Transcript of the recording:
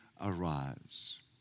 arise